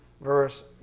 verse